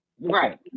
right